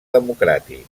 democràtic